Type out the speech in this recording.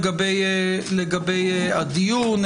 אני מבקש ברשותכם לפתוח בהסבר קצר לגבי הדיון.